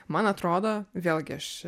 man atrodo vėlgi aš